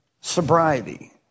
sobriety